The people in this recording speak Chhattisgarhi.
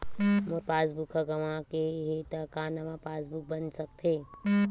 मोर पासबुक ह गंवा गे हे त का नवा पास बुक बन सकथे?